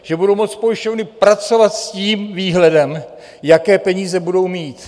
Že budou moct pojišťovny pracovat s tím výhledem, jaké peníze budou mít.